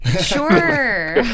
Sure